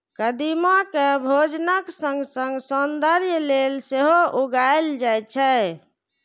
कदीमा कें भोजनक संग संग सौंदर्य लेल सेहो उगायल जाए छै